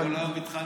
הוא כל היום מתחנף.